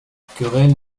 querelle